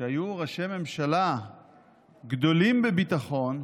שהיו ראשי ממשלה גדולים בביטחון,